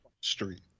Street